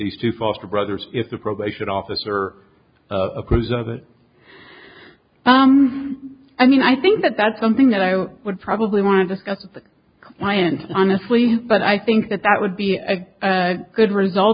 these two foster brothers if the probation officer approves of it i mean i think that that's something that i would probably want to discuss with the client honestly but i think that that would be a good result